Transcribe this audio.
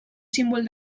símbol